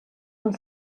del